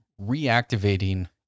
reactivating